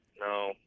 No